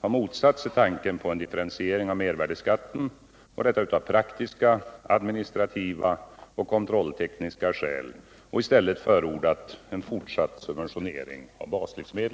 har motsatt sig tanken på en differentiering av mervärdeskatten av praktiska, administrativa och kontrolltekniska skäl och i stället förordat en fortsatt subventionering av baslivsmedel.